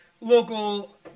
local